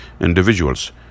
individuals